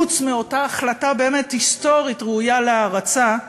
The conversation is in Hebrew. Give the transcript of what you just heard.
חוץ מאותה החלטה היסטורית ראויה להערצה,